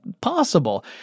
possible